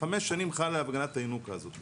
5 שנים חלה הגנת הינוקא הזאת.